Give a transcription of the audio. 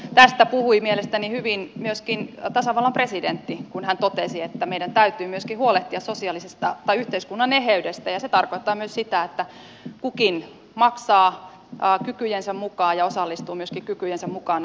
tästä puhui mielestäni hyvin myöskin tasavallan presidentti kun hän totesi että meidän täytyy myöskin huolehtia yhteiskunnan eheydestä ja se tarkoittaa myös sitä että kukin maksaa kykyjensä mukaan ja osallistuu myöskin kykyjensä mukaan näihin talkoisiin